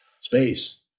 space